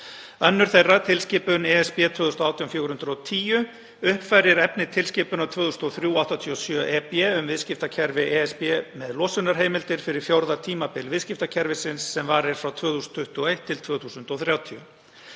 Önnur þeirra, tilskipun (ESB) 2018/410 uppfærir efni tilskipunar 2003/87/EB um viðskiptakerfi ESB með losunarheimildir fyrir fjórða tímabil viðskiptakerfisins sem varir frá 2021 til 2030.